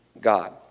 God